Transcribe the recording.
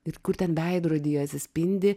ir kur ten veidrodyje atsispindi